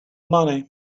money